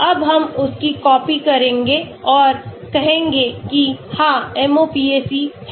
अब हम उसकी copy करेंगे और कहेंगे कि हां MOPAC है